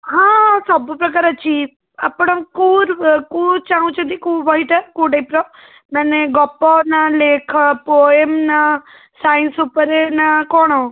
ହଁ ସବୁ ପ୍ରକାର ଅଛି ଆପଣ କେଉଁ କେଉଁ ଚାହୁଁଛନ୍ତି କେଉଁ ବହିଟା କେଉଁ ଟାଇପ୍ର ମାନେ ଗପ ନା ଲେଖା ପୋଏମ୍ ନା ସାଇନ୍ସ୍ ଉପରେ ନା କ'ଣ